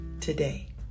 today